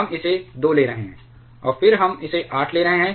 हम इसे 2 ले रहे हैं और फिर हम इसे 8 ले रहे हैं